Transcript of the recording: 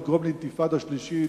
לגרום לאינתיפאדה שלישית,